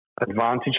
advantage